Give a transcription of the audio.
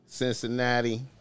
Cincinnati